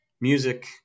music